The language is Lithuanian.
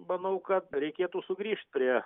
manau kad reikėtų sugrįžt prie